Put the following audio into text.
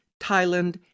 Thailand